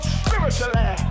spiritually